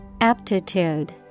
Aptitude